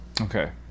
okay